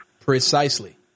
Precisely